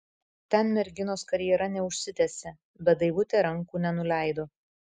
ten merginos karjera neužsitęsė bet daivutė rankų nenuleido